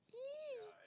!ee!